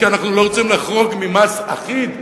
כי אנחנו לא רוצים לחרוג ממס אחיד,